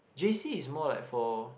j_c is more like for